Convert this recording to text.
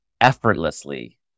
effortlessly